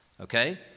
okay